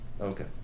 Okay